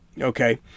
okay